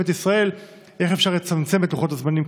ישראל איך אפשר לצמצם את לוחות הזמנים,